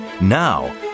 Now